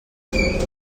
nen